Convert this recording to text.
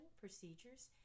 procedures